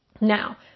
Now